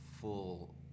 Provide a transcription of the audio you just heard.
full